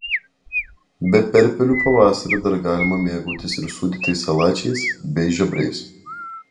be perpelių pavasarį dar galima mėgautis ir sūdytais salačiais bei žiobriais